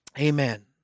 Amen